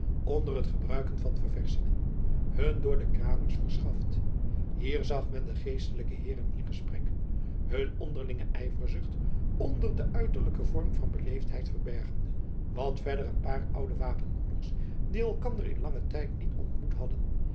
onder het gebruiken der ververschingen hun door de kramers verschaft hier zag men de geestelijke heeren in gesprek hun onderlinge ijverzucht onder den uiterlijken vorm van beleefdheid verbergende wat verder een paar oude wapenbroeders die elkander in langen tijd niet ontmoet hadden